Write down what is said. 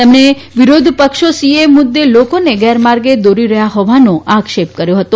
તેમણે વિરોધ પક્ષો સીએએ મુદ્દે લોકોને ગેરમાર્ગે દોરી રહયાં હોવાનો આક્ષેપ કર્યો હતો